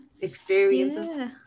experiences